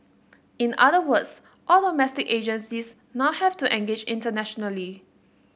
in other words all domestic agencies now have to engage internationally